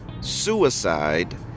suicide